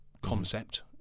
concept